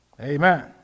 Amen